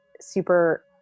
super